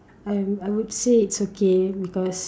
I I would say is okay because